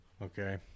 Okay